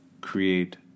create